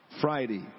Friday